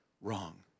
wrong